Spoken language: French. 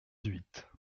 huit